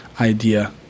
idea